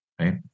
Right